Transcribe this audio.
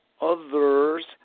others